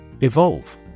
Evolve